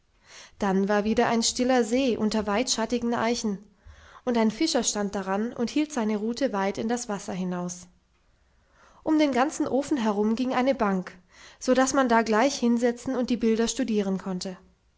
dann war wieder ein stiller see unter weitschattigen eichen und ein fischer stand daran und hielt seine rute weit in das wasser hinaus um den ganzen ofen herum ging eine bank so daß man da gleich hinsetzen und die bilder studieren konnte